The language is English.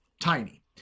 tiny